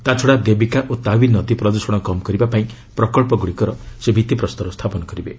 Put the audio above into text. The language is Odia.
ତାଛଡ଼ା ଦେବୀକା ଓ ତାଓ୍ତି ନଦୀ ପ୍ରଦ୍ଷଣ କମ୍ କରିବା ପାଇଁ ପ୍ରକଳ୍ପଗୁଡ଼ିକର ସେ ଭିଭିପ୍ରସ୍ତର ସ୍ଥାପନ କରିବେ